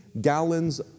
gallons